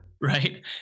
Right